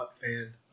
fan